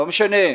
זה לא משנה.